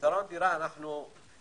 אם